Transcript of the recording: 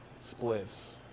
splits